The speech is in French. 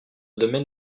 domaine